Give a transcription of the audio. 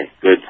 good